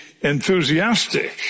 enthusiastic